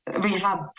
rehab